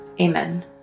Amen